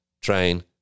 train